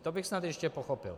To bych snad ještě pochopil.